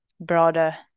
broader